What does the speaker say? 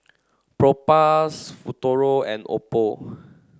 Propass Futuro and Oppo